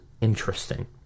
interesting